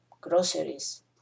groceries